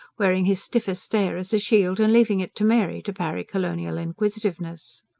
wearing his stiffest air as a shield and leaving it to mary to parry colonial inquisitiveness.